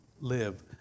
live